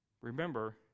remember